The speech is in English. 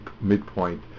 midpoint